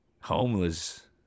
homeless